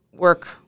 Work